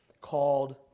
called